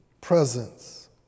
presence